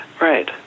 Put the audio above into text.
Right